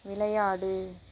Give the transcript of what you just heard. விளையாடு